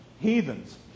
heathens